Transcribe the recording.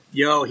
yo